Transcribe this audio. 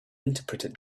interpreted